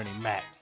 Mac